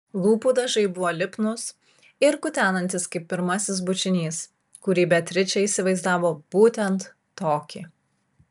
lūpų dažai buvo lipnūs ir kutenantys kaip pirmasis bučinys kurį beatričė įsivaizdavo būtent tokį